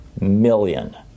million